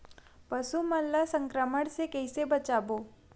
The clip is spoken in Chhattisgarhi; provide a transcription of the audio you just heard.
पशु मन ला संक्रमण से कइसे बचाबो?